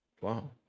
Wow